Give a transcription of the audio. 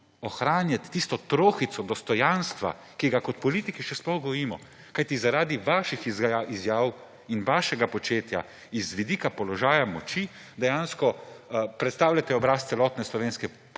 ohranjati tisto trohico dostojanstva, ki ga kot politiki še sploh gojimo. Kajti zaradi vaših izjav in vašega početja z vidika položaja moči dejansko predstavljate obraz celotne slovenske